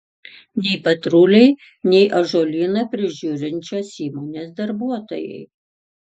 nei patruliai nei ąžuolyną prižiūrinčios įmonės darbuotojai